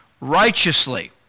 righteously